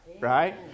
right